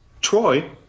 Troy